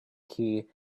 key